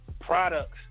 products